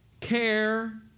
care